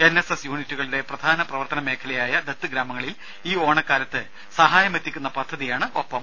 N S S യൂണിറ്റുകളുടെ പ്രധാന പ്രവർത്തനമേഖലയായ ദത്ത് ഗ്രാമങ്ങളിൽ ഈ ഓണക്കാലത്ത് സഹായമെത്തിക്കുന്ന പദ്ധതിയാണ് ഒപ്പം